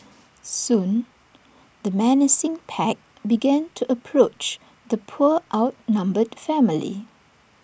soon the menacing pack began to approach the poor outnumbered family